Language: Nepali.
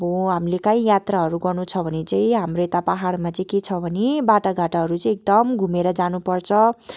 अब हामीले कहीँ यात्रा गर्नु छ भने चाहिँ हाम्रो यता पहाडमा के छ भने बाटोघाटोहरू चाहिँ एकदम घुमेर जानु पर्छ